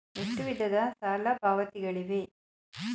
ಎಷ್ಟು ವಿಧದ ಸಾಲ ಪಾವತಿಗಳಿವೆ?